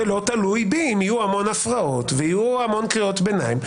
לא תלוי בי אם יהיו הרבה הפרעות וקריאות ביניים,